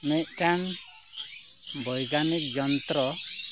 ᱢᱤᱫᱴᱟᱝ ᱵᱳᱹᱭᱜᱟᱱᱤᱠ ᱡᱚᱱᱛᱨᱚ